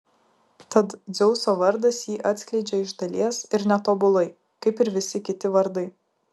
tad dzeuso vardas jį atskleidžia iš dalies ir netobulai kaip ir visi kiti vardai